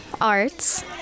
arts